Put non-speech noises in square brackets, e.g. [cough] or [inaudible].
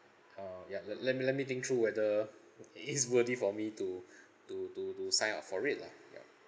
uh ya let let me let me think through whether it's worthy for me to [breath] to to to sign up for it lah ya